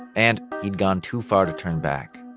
and he'd gone too far to turn back